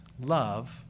love